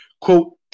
quote